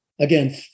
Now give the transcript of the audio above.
again